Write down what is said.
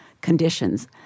conditions –